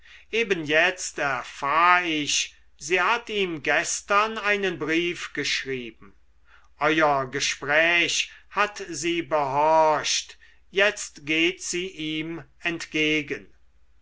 eben jetzt erfahr ich sie hat ihm gestern einen brief geschrieben euer gespräch hat sie behorcht jetzt geht sie ihm entgegen